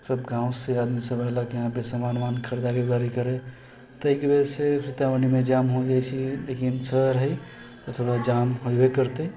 सब गाँवसँ आदमीसब अएलक हइ यहाँपर सामान उमान खरीदारी उरीदारी करै ताहिके वजहसँ सीतामढ़ीमे जाम हो जाइ छै लेकिन शहर हइ थोड़ा जाम होबे करतै